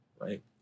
right